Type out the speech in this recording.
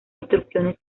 instrucciones